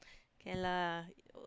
can lah